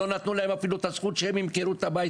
לא נתנו להם אפילו את הזכות שהם ימכרו את הבית